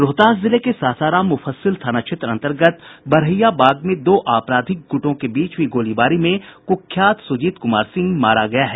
रोहतास जिले के सासाराम मुफस्सिल थाना क्षेत्र अंतर्गत बरहैयाबाग में दो आपराधिक गुटों के बीच हुई गोलीबारी में कुख्यात सुजीत कुमार सिंह मारा गया है